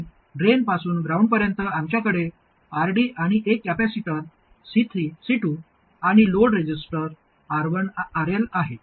आणि ड्रेनपासून ग्राउंडपर्यंत आमच्याकडे RD आणि एक कॅपेसिटर C2 आणि लोड रेझिस्टर RL आहे